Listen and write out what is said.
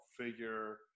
figure